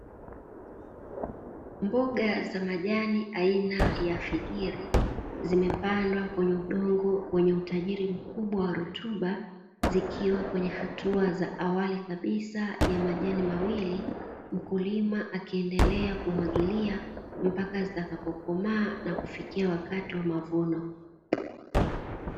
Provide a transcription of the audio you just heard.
Mboga za majani aina ya figiri, zimepandwa kwenye udongo wenye utajiri mkubwa wa rutuba, zikiwa kwenye hatua za awali kabisa ya majani mawili, mkulima akiendelea kumwagilia mpaka zitakapokomaa na kufikia wakati wa mavuno.